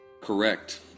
Correct